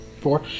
Four